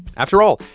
after all,